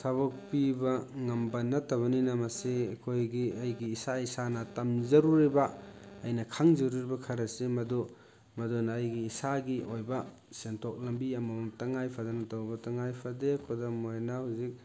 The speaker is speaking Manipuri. ꯊꯕꯛ ꯄꯤꯕ ꯉꯝꯕ ꯅꯠꯇꯕꯅꯤꯅ ꯃꯁꯤ ꯑꯩꯈꯣꯏꯒꯤ ꯑꯩꯒꯤ ꯏꯁꯥ ꯏꯁꯥꯅ ꯇꯝꯖꯔꯨꯔꯤꯕ ꯑꯩꯅ ꯈꯪꯖꯔꯨꯔꯤꯕ ꯈꯔꯁꯦ ꯃꯗꯨ ꯃꯗꯨꯅ ꯑꯩꯒꯤ ꯏꯁꯥꯒꯤ ꯑꯣꯏꯕ ꯁꯦꯟꯊꯣꯛ ꯂꯝꯕꯤ ꯑꯃꯃꯝ ꯇꯉꯥꯏꯐꯗꯅ ꯇꯧꯕ ꯇꯉꯥꯏꯐꯗꯦ ꯈꯨꯗꯝ ꯑꯣꯏꯅ ꯍꯧꯖꯤꯛ